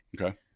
Okay